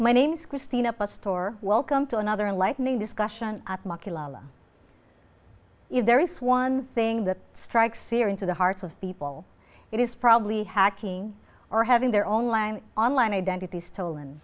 my name's christine up a store welcome to another lightning discussion if there is one thing that strikes fear into the hearts of people it is probably hacking or having their own line online identities stolen